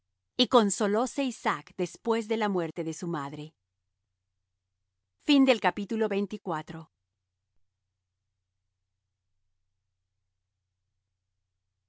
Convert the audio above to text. y consolóse isaac después de la muerte de su madre y